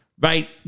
right